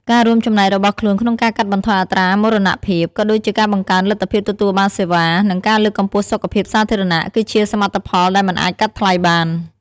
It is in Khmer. ការរួមចំណែករបស់ខ្លួនក្នុងការកាត់បន្ថយអត្រាមរណភាព ក៏ដូចជាការបង្កើនលទ្ធភាពទទួលបានសេវា និងការលើកកម្ពស់សុខភាពសាធារណៈ គឺជាសមិទ្ធផលដែលមិនអាចកាត់ថ្លៃបាន។